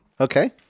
okay